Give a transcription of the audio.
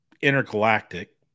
Intergalactic